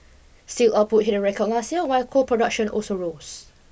steel output hit a record last year while coal production also rose